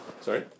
Sorry